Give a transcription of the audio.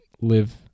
live